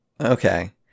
Okay